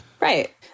Right